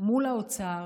מול האוצר